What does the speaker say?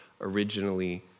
originally